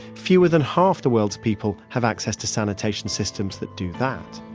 fewer than half the world's people have access to sanitation systems that do that